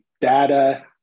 data